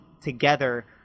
together